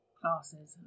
classes